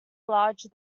larger